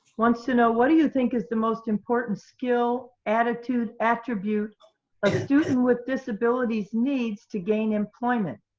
wants to know what do you think is the most important skill, attitude, attribute like a student with disabilities needs to gain employment?